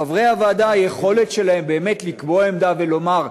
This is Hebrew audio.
חברי הוועדה, היכולת שלהם באמת לקבוע עמדה ולומר: